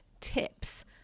tips